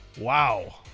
Wow